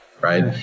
right